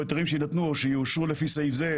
היתרים שיינתנו או שיאושרו לפי סעיף זה.